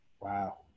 wow